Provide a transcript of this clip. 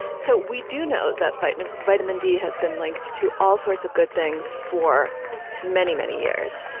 so we do know that vitamin vitamin d has been linked to all sorts of good things for many many years.